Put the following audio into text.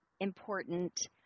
important